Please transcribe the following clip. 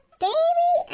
baby